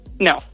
No